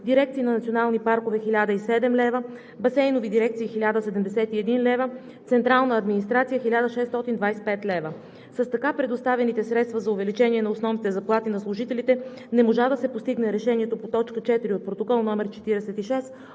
дирекции на национални паркове – 1007 лв., басейнови дирекции – 1071 лв., централна администрация – 1625 лв. С така предоставените средства за увеличение на основните заплати на служителите не можа да се постигне решението по т. 4 от Протокол № 46